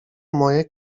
moje